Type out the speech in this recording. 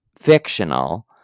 Fictional